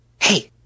Hey